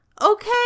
okay